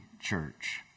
Church